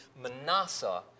Manasseh